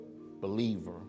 believer